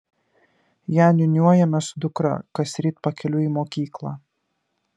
ją niūniuojame su dukra kasryt pakeliui į mokyklą